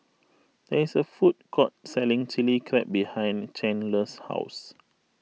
there is a food court selling Chilli Crab behind Chandler's house